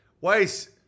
Weiss